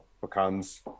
becomes